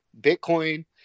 Bitcoin